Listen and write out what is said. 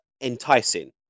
enticing